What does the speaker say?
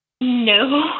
No